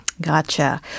Gotcha